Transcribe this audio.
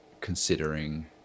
considering